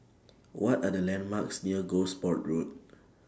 What Are The landmarks near Gosport Road